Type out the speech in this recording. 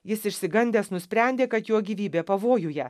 jis išsigandęs nusprendė kad jo gyvybė pavojuje